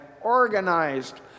organized